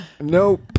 Nope